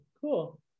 cool